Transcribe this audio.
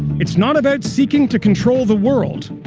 it's not about seeking to control the world.